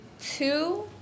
two